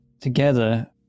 together